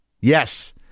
Yes